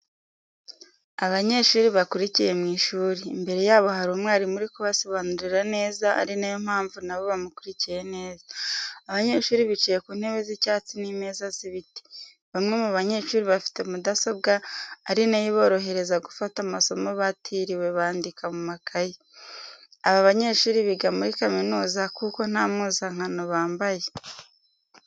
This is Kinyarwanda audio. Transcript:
Abanyeshuri bakurikiye mu ishuri, imbere yabo hari umwarimu uri kubasobanurira neza ari na yo mpamvu na bo bamukurikiye neza. Abanyeshuri bicaye ku ntebe z'icyatsi n'imeza z'ibiti. Bamwe mu banyeshuri bafite mudasobwa, ari na yo iborohereza gufata amasomo batiriwe bandika mu makayi. Aba banyeshuri biga muri kaminuza kuko nta mpuzankano bambaye.